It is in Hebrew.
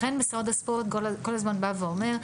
לכן משרד הספורט כל הזמן בא ואומר,